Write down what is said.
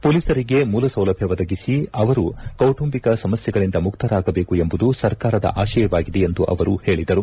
ಪೊಲೀಸರಿಗೆ ಮೂಲಸೌಲಭ್ದ ಒದಗಿಸಿ ಅವರು ಕೌಟುಂಬಿಕ ಸಮಸ್ಯೆಗಳಿಂದ ಮುಕ್ತರಾಗಬೇಕು ಎಂಬುದು ಸರ್ಕಾರದ ಆಶಯವಾಗಿದೆ ಎಂದು ಅವರು ಹೇಳಿದರು